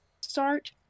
start